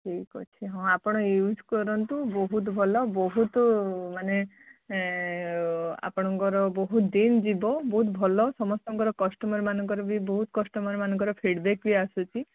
ଠିକ ଅଛି ହଁ ଆପଣ ୟୁଜ୍ କରନ୍ତୁ ବହୁତ ଭଲ ବହୁତ ମାନେ ଆପଣଙ୍କର ବହୁତ ଦିନ ଯିବ ବହୁତ ଭଲ ସମସ୍ତଙ୍କର କଷ୍ଟମର୍ ମାନଙ୍କର ବି ବହୁତ କଷ୍ଟମର୍ ମାନଙ୍କର ବି ଫିଡ଼ବ୍ୟାକ୍ ବି ଆସୁଛି